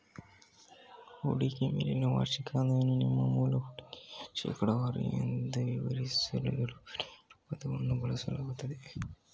ಹೂಡಿಕೆಯ ಮೇಲಿನ ವಾರ್ಷಿಕ ಆದಾಯವನ್ನು ನಿಮ್ಮ ಮೂಲ ಹೂಡಿಕೆಯ ಶೇಕಡವಾರು ಎಂದು ವಿವರಿಸಲು ಇಳುವರಿ ಎಂಬ ಪದವನ್ನು ಬಳಸಲಾಗುತ್ತೆ